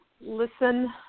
listen